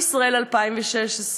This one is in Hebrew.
בישראל 2016,